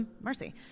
mercy